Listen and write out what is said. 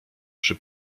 przy